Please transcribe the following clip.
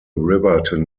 riverton